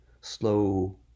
slow